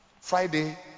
Friday